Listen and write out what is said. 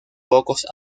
pocos